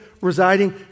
residing